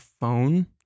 Phone